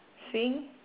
swing